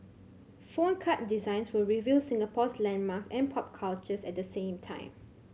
phone card designs would reveal Singapore's landmarks and pop cultures at the same time